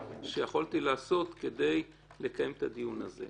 שיכולתי לעשות כדי לקיים את הדיון הזה.